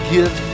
Give